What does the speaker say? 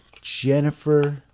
Jennifer